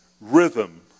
rhythm